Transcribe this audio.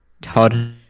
Todd